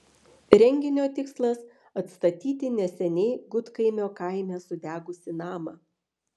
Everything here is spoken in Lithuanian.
renginio tikslas atstatyti neseniai gudkaimio kaime sudegusį namą